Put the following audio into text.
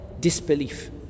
disbelief